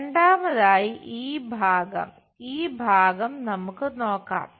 രണ്ടാമതായി ഈ ഭാഗം ഈ ഭാഗം നമുക്ക് നോക്കാം